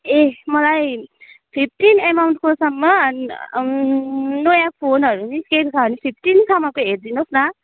ए मलाई फिफ्टिन एमाउन्टकोसम्म नयाँ फोनहरू निस्किएको छ भने फिफ्टिनसम्मको हेरिदिनु होस् न